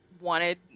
wanted